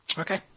Okay